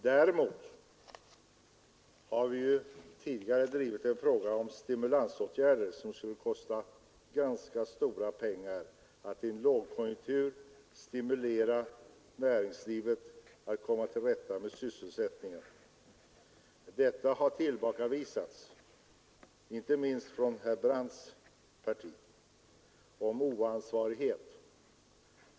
Däremot har vi tidigare drivit en fråga vars genomförande skulle kosta stora pengar — vi ville i en lågkonjunktur vidta åtgärder för att stimulera näringslivet så att vi skulle komma till rätta med sysselsättningen. Våra förslag har tillbakavisats — inte minst från herr Brandts parti talade man om oansvarighet.